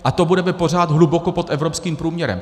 A to budeme pořád hluboko pod evropským průměrem.